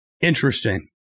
Interesting